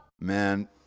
man